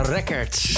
Records